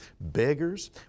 beggars